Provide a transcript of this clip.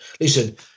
Listen